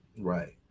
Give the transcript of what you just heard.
Right